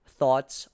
thoughts